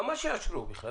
למה שיאשרו בכלל?